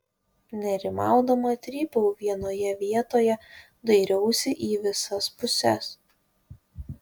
nerimaudama trypiau vienoje vietoje dairiausi į visas puses